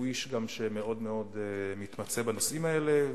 הוא גם איש שמאוד מאוד מתמצא בנושאים האלה.